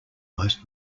most